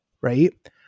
right